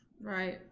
right